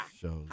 shows